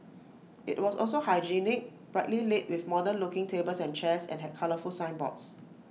IT was also hygienic brightly lit with modern looking tables and chairs and had colourful signboards